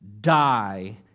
die